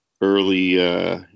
Early